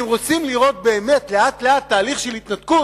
אם רוצים לראות באמת לאט-לאט תהליך של התנתקות,